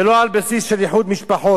ולא על בסיס של איחוד משפחות",